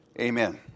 amen